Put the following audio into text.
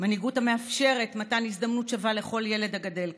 מנהיגות המאפשרת מתן הזדמנות שווה לכל ילד הגדל כאן,